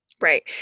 Right